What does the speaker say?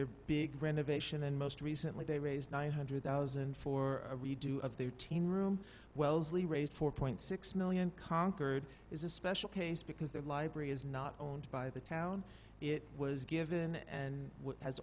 their big renovation and most recently they raised nine hundred thousand for a redo of their team room wellesley raised four point six million conquered is a special case because their library is not owned by the town it was given and has